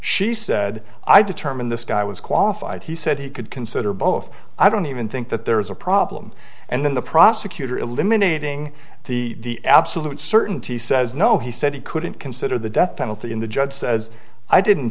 she said i determined this guy was qualified he said he could consider both i don't even think that there is a problem and then the prosecutor eliminating the absolute certainty says no he said he couldn't consider the death penalty in the judge says i didn't